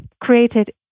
created